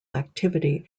activity